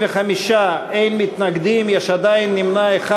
בעד, 35, אין מתנגדים, יש עדיין נמנע אחד.